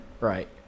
right